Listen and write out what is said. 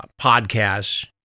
podcasts